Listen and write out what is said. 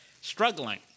struggling